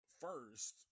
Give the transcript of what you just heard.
first